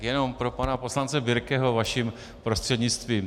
Jenom pro pana poslance Birkeho vaším prostřednictvím.